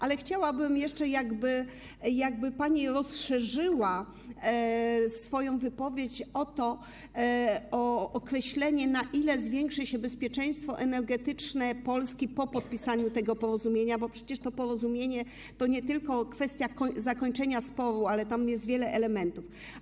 Ale chciałabym jeszcze, żeby pani rozszerzyła swoją wypowiedź o określenie, na ile zwiększy się bezpieczeństwo energetyczne Polski po podpisaniu tego porozumienia, bo to porozumienie to nie tylko kwestia zakończenia sporu, tam jest wiele elementów.